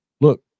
look